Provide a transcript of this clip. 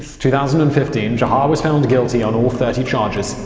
two thousand and fifteen, jahar was found guilty on all thirty charges.